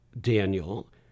daniel